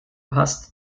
hast